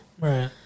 Right